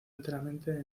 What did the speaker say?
enteramente